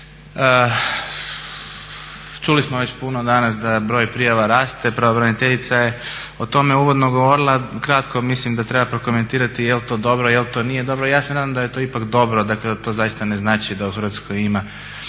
Čuli smo već puno danas da broj prijava raste. Pravobraniteljica je o tome uvodno govorila. Kratko mislim da treba prokomentirati je li to dobro, je li to nije dobro. Ja se nadam da je to ipak dobro, dakle da to zaista ne znači da u Hrvatskoj ima